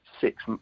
six